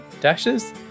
dashes